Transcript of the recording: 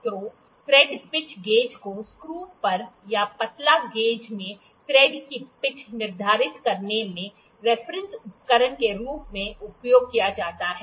तो thread pitch gauge को screw पर या पतला छेद में थ्रेड की पिच निर्धारित करने में रेफरंस उपकरण के रूप में उपयोग किया जाता है